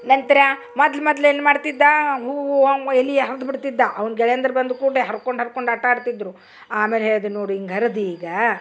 ನಂತರ ಮೊದ್ಲು ಮೊದ್ಲು ಏನು ಮಾಡ್ತಿದ್ದ ಹೂವು ಅಂವ ಎಲ್ಲಿ ಹರ್ದ್ಬಿಡ್ತಿದ್ದ ಅವ್ನ ಗೆಳೆಯಂದಿರು ಬಂದ ಕೂಡಲೆ ಹರ್ಕೊಂಡು ಹರ್ಕೊಂಡು ಆಟಾಡ್ತಿದ್ದರು ಆಮೇಲೆ ಹೇಳದೇ ನೋಡಿ ಹಿಂಗೆ ಹರದ ಈಗ